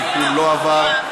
התיקון לא עבר.